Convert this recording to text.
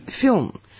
film